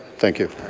thank you.